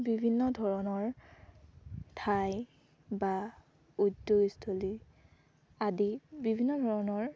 বিভিন্ন ধৰণৰ ঠাই বা উদ্যোগস্থলী আদি বিভিন্ন ধৰণৰ